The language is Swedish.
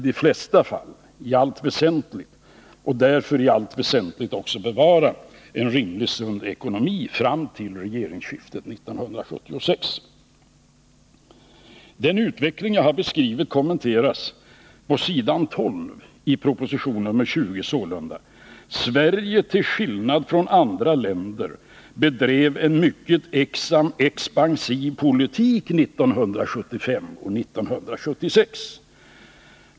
Därför lyckades vi i allt väsentligt också bevara en rimlig och sund ekonomi fram till regeringsskiftet 1976. Den utveckling jag har beskrivit kommenteras på s. 12 i proposition 20. Där sägs att Sverige, till skillnad från de flesta andra länder, under åren 1975 och 1976 bedrev en mycket expansiv politik.